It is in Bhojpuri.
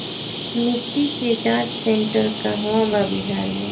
मिटी के जाच सेन्टर कहवा बा बिहार में?